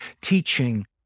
teaching